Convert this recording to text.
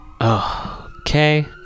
Okay